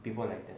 people like that